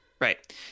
right